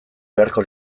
beharko